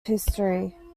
history